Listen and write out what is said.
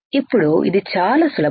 ఇప్పుడు ఇది చాలా సులభం